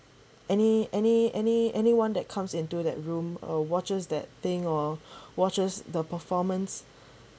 any group any any any anyone that comes into that room uh watches that thing or watches the performance